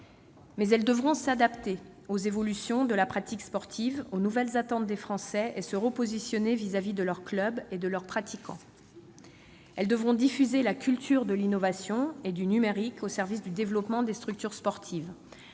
Mais elles devront s'adapter aux évolutions de la pratique sportive et aux nouvelles attentes des Français, et se repositionner par rapport à leurs clubs et à leurs pratiquants. Elles devront diffuser la culture de l'innovation et du numérique au service du développement des structures sportives.